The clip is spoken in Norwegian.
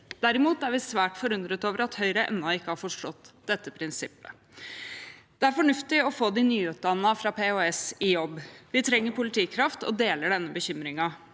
Derimot er vi svært forundret over at Høyre ennå ikke har forstått dette prinsippet. Det er fornuftig å få de nyutdannede fra Politihøgskolen i jobb, vi trenger politikraft og deler denne bekymringen,